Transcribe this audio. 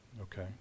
okay